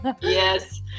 Yes